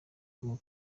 bwo